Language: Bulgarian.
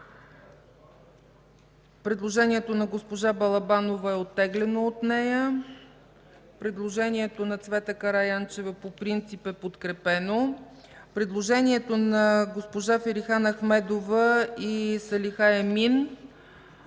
Предложението на госпожа Балабанова е оттеглено от нея. Предложението на Цвета Караянчева по принцип е подкрепено. Предложението на госпожа Ферихан Ахмедова и Салиха Емин е неподкрепено